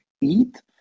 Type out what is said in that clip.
eat